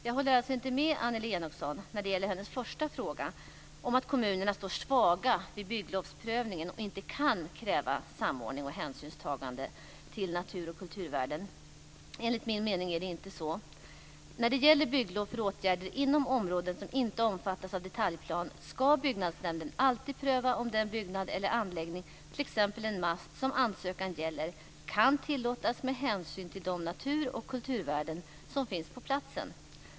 Jag håller alltså inte med Annelie Enochson när det gäller hennes första fråga om att kommunerna står svaga vid bygglovsprövningen och inte kan kräva samordning och hänsynstagande till natur och kulturvärden. Enligt min mening är det inte så. När det gäller bygglov för åtgärder inom områden som inte omfattas av detaljplan ska byggnadsnämnden alltid pröva om den byggnad eller anläggning, t.ex. en mast, som ansökan gäller kan tillåtas med hänsyn till de natur och kulturvärden som finns på platsen.